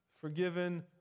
forgiven